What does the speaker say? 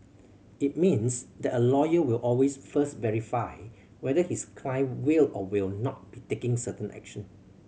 it means that a lawyer will always first verify whether his client will or will not be taking certain action